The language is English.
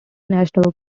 national